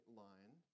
line